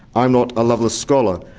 i'm not a lovelace scholar.